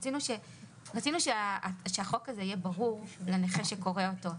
רצינו שהחוק הזה יהיה ברור לנכה שקורא אותו,